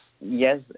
Yes